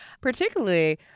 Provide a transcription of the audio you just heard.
particularly